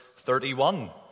31